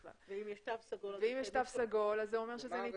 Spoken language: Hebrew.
ואם יש תו סגול, זה אומר שזה ניתן בצמצום.